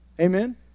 Amen